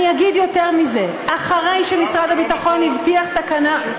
אני אגיד יותר מזה: אחרי שמשרד הביטחון הבטיח תקנה,